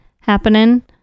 happening